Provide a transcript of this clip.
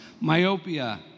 Myopia